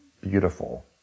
beautiful